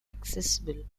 accessible